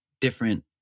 different